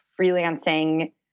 freelancing